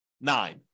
nine